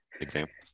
examples